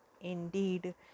indeed